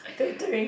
torturing